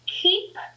keep